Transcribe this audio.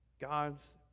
God's